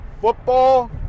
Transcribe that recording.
Football